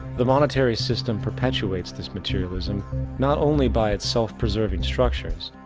the monetary system perpetuates this materialism not only by it's self-preserving structures,